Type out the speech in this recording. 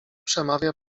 przemawia